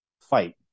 fight